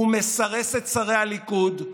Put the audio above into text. הוא מסרס את שרי הליכוד,